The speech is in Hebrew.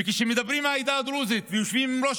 וכשמדברים עם העדה הדרוזית ויושבים עם ראש